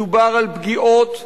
מדובר על פגיעות קשות,